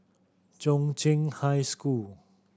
Chung Cheng High School